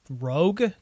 rogue